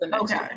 okay